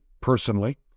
personally